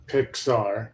Pixar